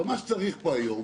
מה שצריך פה היום